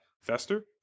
Fester